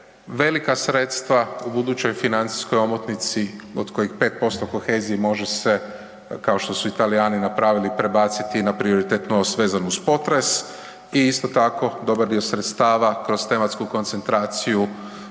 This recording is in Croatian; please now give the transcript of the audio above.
velika sredstva u budućoj financijskoj omotnici od kojih 5% kohezije može se kao što su i Talijani napravili, prebaciti na prioritet vezan uz potres i isto tako dobar dio sredstava kroz tematsku koncentraciju